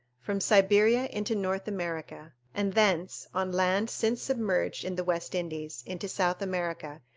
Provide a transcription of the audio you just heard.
from siberia into north america, and thence, on land since submerged in the west indies, into south america,